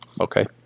Okay